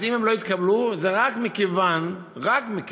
אז אם הם לא התקבלו, זה רק מכיוון, רק מכיוון